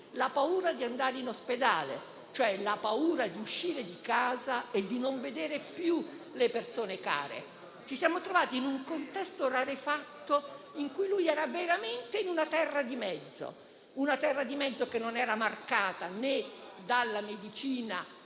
paura di andare in ospedale, cioè la paura di uscire di casa e di non vedere più le persone care. Ci siamo trovati in un contesto rarefatto, in cui il paziente era veramente in una terra di mezzo che non era marcata né dalla medicina